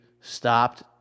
stopped